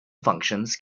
functions